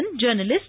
journalist